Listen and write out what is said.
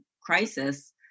crisis